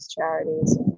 charities